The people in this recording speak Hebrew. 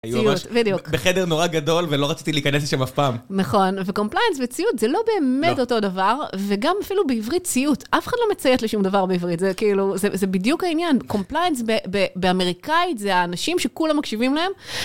בחדר נורא גדול ולא רציתי להיכנס שם אף פעם. נכון, וקומפליינס וציות זה לא באמת אותו דבר, וגם אפילו בעברית ציות, אף אחד לא מציית לשום דבר בעברית, זה כאילו, זה בדיוק העניין, קומפליינס באמריקאית זה האנשים שכולם מקשיבים להם.